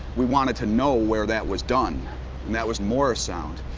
we wanted to know where that was done, and that was morrisound.